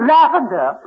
Lavender